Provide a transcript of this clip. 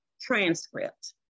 transcript